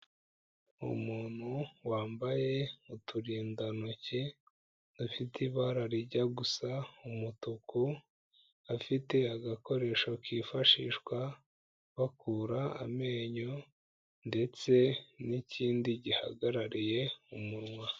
Umuntu wambaye uturindantoki dufite ibara rijya gusa umutuku, afite agakoresho kifashishwa bakura amenyo ndetse n'ikindi gihagarariye umunwa.